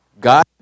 God